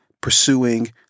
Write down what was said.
pursuing